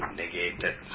negated